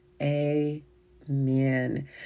amen